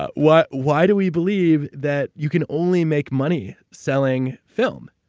ah why why do we believe that you can only make money selling film?